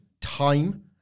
time